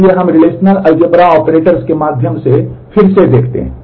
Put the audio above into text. इसलिए हम relational algebra के माध्यम से फिर से देखते हैं